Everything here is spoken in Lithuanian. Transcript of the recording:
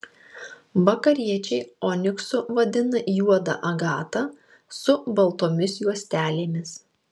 vakariečiai oniksu vadina juodą agatą su baltomis juostelėmis